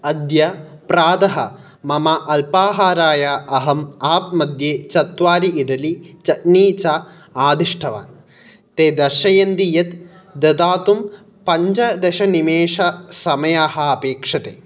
अद्य प्रातः मम अल्पाहाराय अहम् आप् मद्ये चत्वारि इड्लि चट्नी च आदिष्टवान् ते दर्शन्ति यद् ददातुं पञ्चदशनिमेषसमयः अपेक्षते